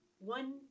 one